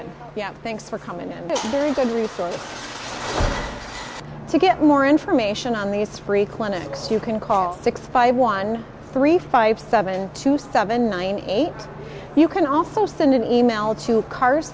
it yeah thanks for coming in a good resource to get more information on these free clinics you can call six five one three five seven two seven nine eight you can also send an e mail to cars